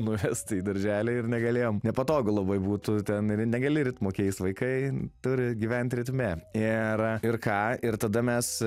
nuvest į darželį ir negalėjom nepatogu labai būtų ten ir ne negali ritmo keis vaikai turi gyvent ritme ir ir ką ir tada mes